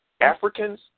Africans